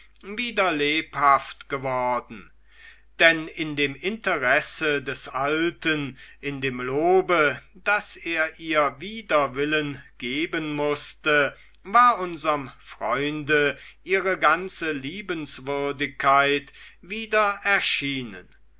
wieder lebhaft geworden denn in dem interesse des alten in dem lobe das er ihr wider willen geben mußte war unserm freunde ihre ganze liebenswürdigkeit wieder erschienen